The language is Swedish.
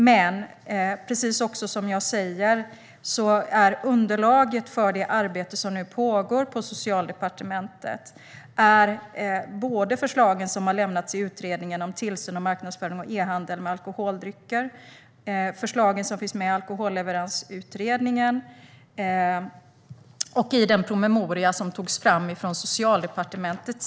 Men underlaget för det arbete som pågår på Socialdepartementet är som sagt förslagen som har lämnats av Utredningen om tillsyn av marknadsföring och e-handel med alkoholdrycker m.m., förslagen som har lämnats av Alkoholleveransutredningen och förslaget i den promemoria som har tagits fram av Socialdepartementet.